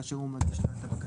כאשר הוא מגיש את הבקשה.